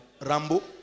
Rambo